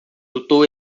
lutou